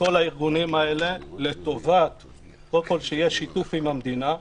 לכל הארגונים האלה כדי שיהיה שיתוף עם המדינה,